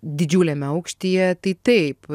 didžiuliame aukštyje tai taip